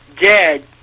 dead